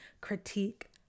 critique